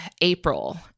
April